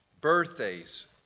Birthdays